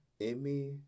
Emmy